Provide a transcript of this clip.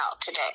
today